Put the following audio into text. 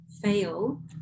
fail